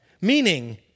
Meaning